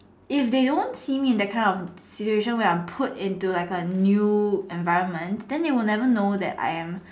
if they don't see me in that kind of situation where I'm put in a new environment then they'll never know that I'm